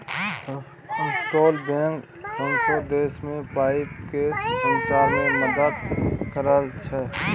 central bank सौंसे देश मे पाइ केँ सचार मे मदत करय छै